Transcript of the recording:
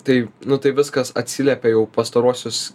tai nu tai viskas atsiliepia jau pastaruosius